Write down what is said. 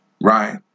right